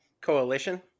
Coalition